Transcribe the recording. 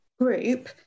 group